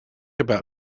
about